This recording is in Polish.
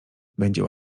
będzie